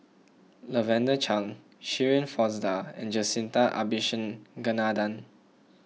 Lavender Chang Shirin Fozdar and Jacintha Abisheganaden